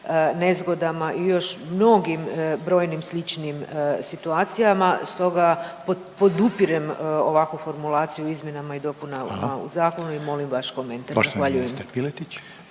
nezgodama i još mnogim brojnim sličnim situacijama. Stoga podupirem ovakvu formulaciju o izmjenama i dopunama u zakonu i molim vaš komentar. Zahvaljujem.